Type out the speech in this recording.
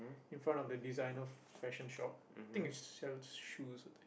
in front of the designer fashion shop think it sells shoes ah